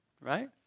right